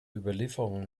überlieferung